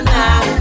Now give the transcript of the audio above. now